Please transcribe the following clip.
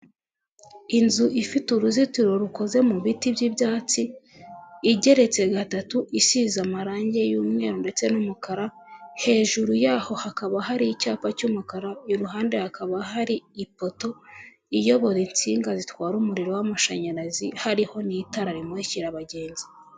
Inzu ifite uruzitiro rukoze mu biti by'ibyatsi igeretse gatatu isize amarange y'umweru ndetse n'umukara, hejuru yaho hakaba hari icyapa cy'umukara iruhande hakaba hari ipoto iyobora insinga zitwara umuriro w'amashanyarazi hariho n'itarara rimukirara abagenzi,